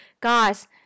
Guys